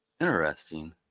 Interesting